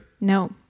No